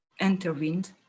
intervened